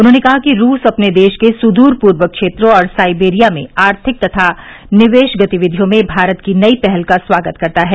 उन्होंने कहा कि रूस अपने देश के सुदूर पूर्व क्षेत्र और साइबेरिया में आर्थिक तथा निवेश गतिविधियों में भारत की नई पहल का स्वागत करता है